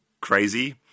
crazy